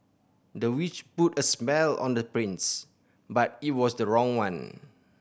the witch put a spell on the prince but it was the wrong one